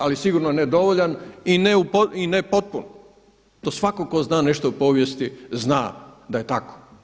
Ali sigurno ne dovoljan i ne potpun to svatko tko zna nešto o povijesti zna da je tako.